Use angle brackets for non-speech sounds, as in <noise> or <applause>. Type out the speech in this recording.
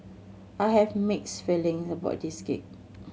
I have mixed feeling about this gig <noise>